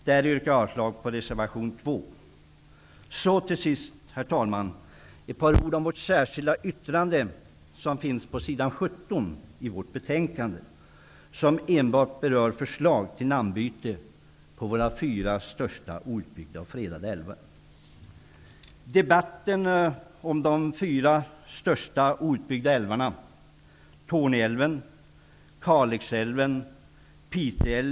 Jag yrkar avslag på reservation 2. Herr talman! Till sist några ord om vårt särskilda yttrande på s. 17 i betänkandet. Yttrandet berör förslaget till nambyte på de fyra största outbyggda och fredade älvarna.